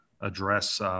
address –